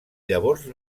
llavors